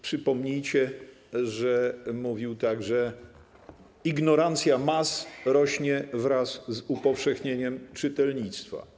Przypomnijcie, że mówił także: Ignorancja mas rośnie wraz z upowszechnieniem czytelnictwa.